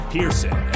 Pearson